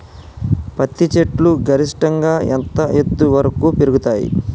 పత్తి చెట్లు గరిష్టంగా ఎంత ఎత్తు వరకు పెరుగుతయ్?